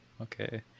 okay